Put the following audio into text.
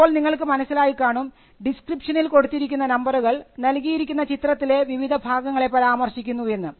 ഇപ്പോൾ നിങ്ങൾക്ക് മനസ്സിലായിക്കാണും ഡിസ്ക്രിപ്ഷനിൽ കൊടുത്തിരിക്കുന്ന നമ്പറുകൾ നൽകിയിരിക്കുന്ന ചിത്രത്തിലെ വിവിധ ഭാഗങ്ങളെ പരാമർശിക്കുന്നു എന്ന്